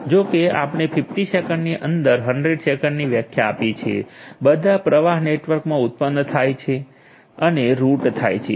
જો કે આપણે 50 સેકંડની અંદર 100 સેકંડની વ્યાખ્યા આપી છે બધા પ્રવાહ નેટવર્કમાં ઉત્પન્ન થાય છે અને રૂટ થાય છે